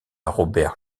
robert